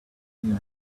you